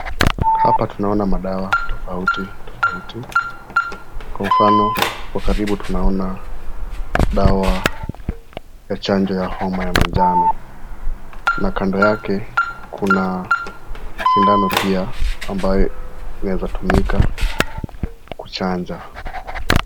Hapa tunaona madawa tofauti tofauti kwa mfano tunaona, dawa homa ya chanjo majano na kando yake kuna sindano pia ambaye inaeza tumika kuchanja.